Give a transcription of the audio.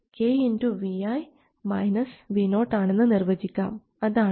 അതാണ് op amp input voltage